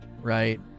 right